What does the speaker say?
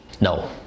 No